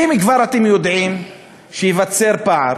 אם כבר אתם יודעים שייווצר פער